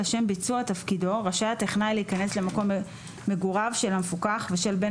לשם ביצוע תפקידו רשאי הטכנאי להיכנס למקום מגוריו של המפוקח ושל בן